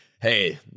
hey